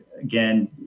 Again